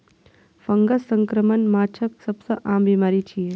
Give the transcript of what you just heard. fungus संक्रमण माछक सबसं आम बीमारी छियै